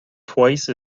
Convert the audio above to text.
twice